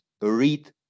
read